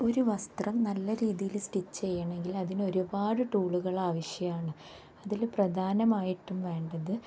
ഒരു വസ്ത്രം നല്ല രീതിയിൽ സ്റ്റിച്ച് ചെയ്യണമെങ്കിൽ അതിന് ഒരുപാട് ടൂളുകൾ ആവശ്യമാണ് അതിൽ പ്രധാനമായിട്ടും വേണ്ടത്